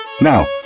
Now